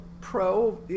pro